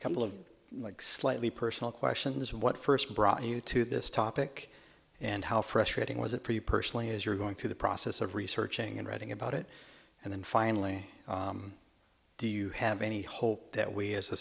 a couple of slightly personal questions what first brought you to this topic and how frustrating was it for you personally as you're going through the process of researching and writing about it and then finally do you have any hope that we as a